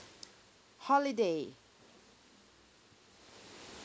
holiday